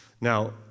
Now